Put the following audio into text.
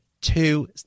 two